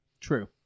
true